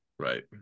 right